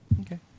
Okay